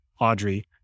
Audrey